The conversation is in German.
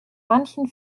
manchen